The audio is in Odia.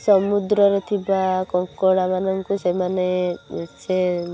ସମୁଦ୍ରରେ ଥିବା କଙ୍କଡ଼ା ମାନଙ୍କୁ ସେମାନେ ସେ